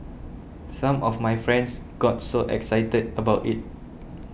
some of my friends got so excited about it